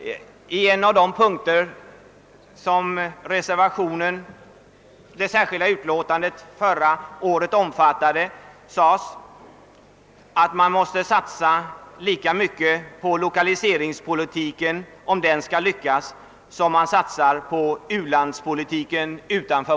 I en av de punkter som det särskilda yttrandet förra året omfattade sades det att man måste satsa lika mycket på lokaliseringspolitiken, om den skall lyckas, som man satsar på u-landspolitiken.